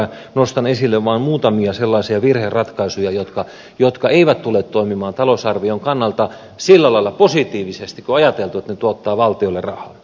nostan esille vaan muutamia sellaisia virheratkaisuja jotka eivät tule toimimaan talousarvion kannalta sillä lailla positiivisesti kuin on ajateltu että ne tuottavat valtiolle rahaa